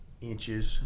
inches